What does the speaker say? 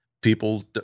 people